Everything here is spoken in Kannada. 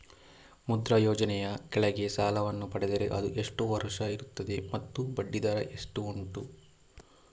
ಮುದ್ರಾ ಯೋಜನೆ ಯ ಕೆಳಗೆ ಸಾಲ ವನ್ನು ಪಡೆದರೆ ಅದು ಎಷ್ಟು ವರುಷ ಇರುತ್ತದೆ ಮತ್ತು ಬಡ್ಡಿ ದರ ಎಷ್ಟು ಉಂಟು?